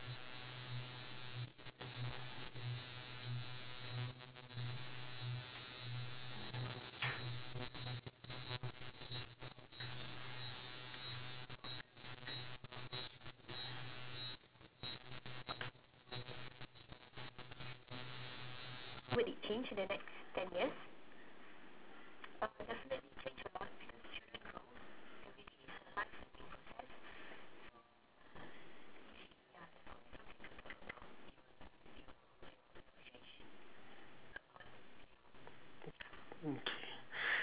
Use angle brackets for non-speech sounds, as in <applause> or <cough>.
okay <breath>